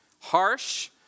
harsh